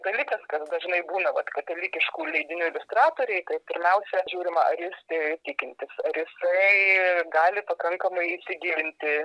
katalikas kas dažnai būna vat katalikiškų leidinių iliustratoriai tai pirmiausia žiūrima ar jis tai tikintis ar jisai gali pakankamai įsigilinti